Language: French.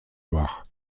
loire